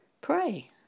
pray